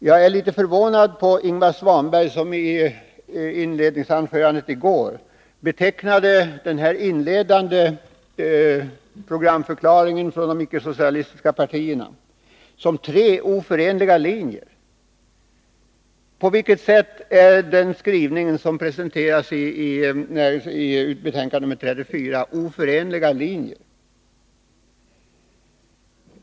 Jag är litet förvånad över Ingvar Svanberg, som i sitt första anförande i går betecknade den inledande programförklaringen från de icke-socialistiska partierna som tre oförenliga linjer. På vilket sätt representerar den skrivning som presenteras i näringsutskottet betänkande nr 34 oförenliga linjer?